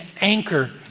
anchor